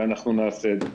ואנחנו נעשה את זה.